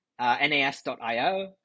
nas.io